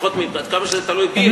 לפחות עד כמה שזה תלוי בי,